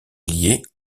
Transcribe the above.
liée